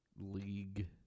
league